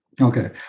Okay